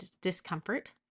discomfort